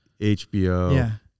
HBO